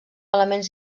elements